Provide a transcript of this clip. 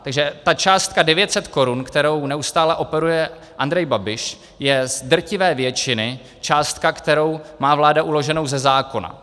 Takže ta částka 900 korun, kterou neustále operuje Andrej Babiš, je z drtivé většiny částka, kterou má vláda uloženou ze zákona.